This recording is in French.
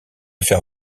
faire